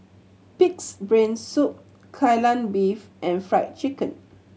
Pig's Brain Soup Kai Lan Beef and Fried Chicken